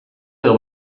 edo